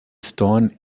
stone